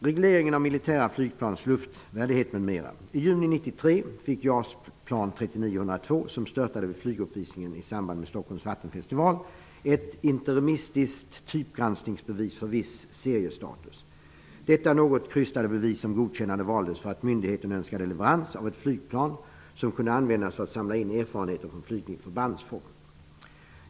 Stockholms vattenfestival, ett interimistiskt typplansbevis för viss seriestatus i juni 1993. Detta något krystade bevis för godkännande valdes för att myndigheten önskade leverans av ett flygplan att användas för att samla in erfarenheter från flygning i förbandsform.